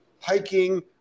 Hiking